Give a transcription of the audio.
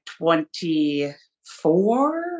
24